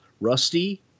rusty